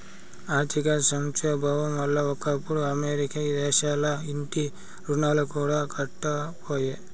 ఆర్థిక సంక్షోబం వల్ల ఒకప్పుడు అమెరికా దేశంల ఇంటి రుణాలు కూడా కట్టకపాయే